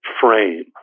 frame